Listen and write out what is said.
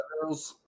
girls